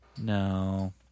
No